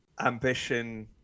ambition